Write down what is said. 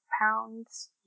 pounds